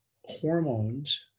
hormones